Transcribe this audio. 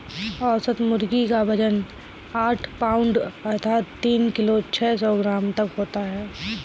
औसत मुर्गी क वजन आठ पाउण्ड अर्थात तीन किलो छः सौ ग्राम तक होता है